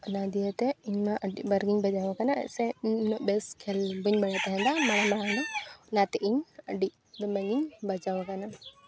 ᱚᱱᱟ ᱫᱤᱭᱮᱛᱮ ᱤᱧ ᱢᱟ ᱟᱹᱰᱤᱵᱟᱨ ᱜᱤᱧ ᱵᱟᱡᱟᱣ ᱠᱟᱱᱟ ᱥᱮ ᱤᱧ ᱩᱱᱟᱹᱜ ᱵᱮᱥ ᱠᱷᱮᱞ ᱵᱟᱹᱧ ᱵᱟᱰᱟᱭ ᱛᱟᱦᱮᱱᱟ ᱢᱟᱲᱟᱝ ᱢᱟᱲᱟᱝ ᱫᱚ ᱚᱱᱟᱛᱮ ᱤᱧ ᱟᱹᱰᱤ ᱫᱚᱢᱮᱜᱮᱧ ᱵᱟᱡᱟᱣ ᱠᱟᱱᱟ